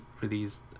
released